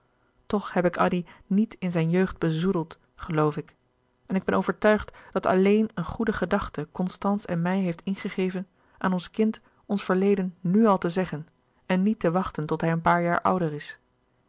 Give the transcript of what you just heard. toch heb ik addy niet in zijn jeugd bezoedeld geloof ik en ik ben overtuigd dat louis couperus de boeken der kleine zielen alleen een goede gedachte constance en mij heeft ingegeven aan ons kind ons verleden nu al te zeggen en niet te wachten tot hij een paar jaar ouder is